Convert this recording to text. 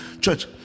Church